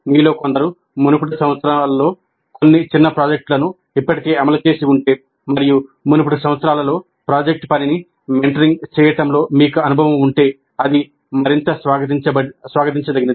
మీలో కొందరు మునుపటి సంవత్సరాల్లో కొన్ని చిన్న ప్రాజెక్టులను ఇప్పటికే అమలు చేసి ఉంటే మరియు మునుపటి సంవత్సరాల్లో ప్రాజెక్ట్ పనిని మెంటరింగ్ చేయడంలో మీకు అనుభవం ఉంటే అది మరింత స్వాగతించదగినది